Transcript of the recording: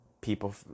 people